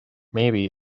maybe